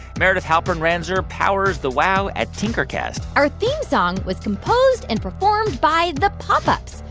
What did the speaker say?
meredith halpern-ranzer powers the wow at tinkercast our theme song was composed and performed by the pop ups.